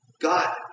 God